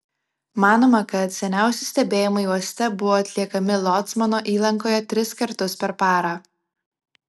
manoma kad seniausi stebėjimai uoste buvo atliekami locmano įlankoje tris kartus per parą